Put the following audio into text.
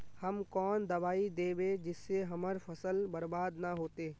हम कौन दबाइ दैबे जिससे हमर फसल बर्बाद न होते?